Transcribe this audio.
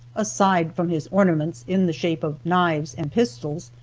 aside from his ornaments in the shape of knives and pistols,